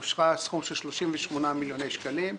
אושר סכום של 38 מיליוני שקלים,